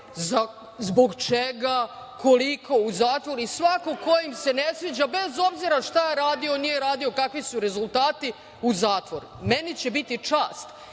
zbog čega, koliko u zatvor i svako ko im se ne sviđa, bez obzira šta radio, nije radio, kakvi su rezultati, u zatvor. Meni će biti čast